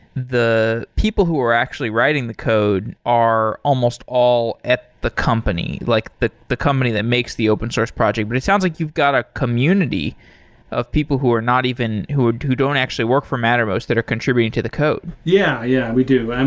the people who are actually writing the code are almost all at the company, like the the company that makes the open-source project. but it sound like you've got a community of people who are not even who don't actually work for mattermost that are contributing to the code. yeah, yeah we do. and